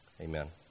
Amen